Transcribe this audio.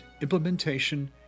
implementation